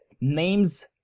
names